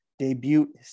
Debut